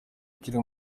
ukiri